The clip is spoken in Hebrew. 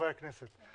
הכנסת.